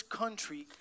country